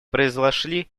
произошли